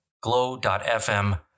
glow.fm